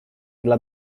dla